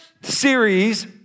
series